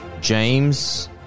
James